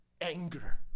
Anger